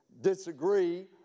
disagree